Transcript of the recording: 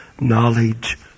knowledge